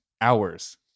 Hours